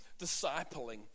discipling